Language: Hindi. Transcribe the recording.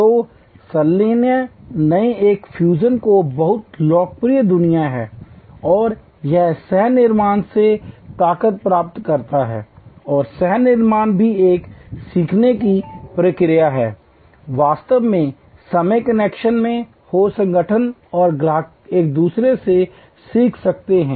तो संलयन एक नई बहुत लोकप्रिय दुनिया है और यह सह निर्माण से बहुत ताकत प्राप्त करता है और सह निर्माण भी एक सीखने की प्रक्रिया है वास्तविक समय कनेक्शन में हो संगठन और ग्राहक एक दूसरे से सीख सकते हैं